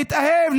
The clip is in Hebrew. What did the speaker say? להתאהב,